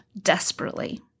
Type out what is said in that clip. desperately